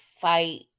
fight